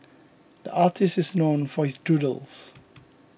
the artist is known for his doodles